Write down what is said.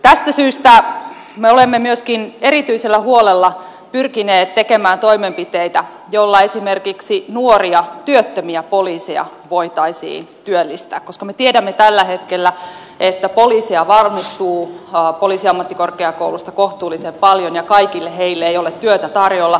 tästä syystä me olemme myöskin erityisellä huolella pyrkineet tekemään toimenpiteitä joilla esimerkiksi nuoria työttömiä poliiseja voitaisiin työllistää koska me tiedämme tällä hetkellä että poliiseja valmistuu poliisiammattikorkeakoulusta kohtuullisen paljon ja kaikille heille ei ole työtä tarjolla